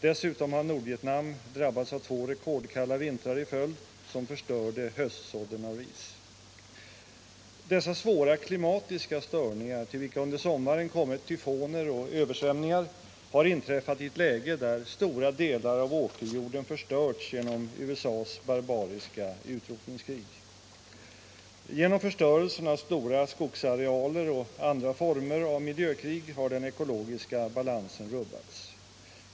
Dessutom har Nordvietnam drabbats av två rekordkalla vintrar i följd, som förstörde höstsådden av ris. Dessa svåra klimatiska störningar, till vilka under sommaren kommit tyfoner och översvämningar, har inträffat i ett läge där stora delar av åkerjorden förstörts genom USA:s barbariska utrotningskrig. Genom förstörelsen av stora skogsarealer och andra former av miljökrig har den ekologiska balansen rubbats.